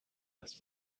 das